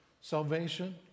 salvation